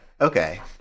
okay